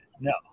no